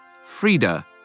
Frida